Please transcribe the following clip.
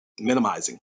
minimizing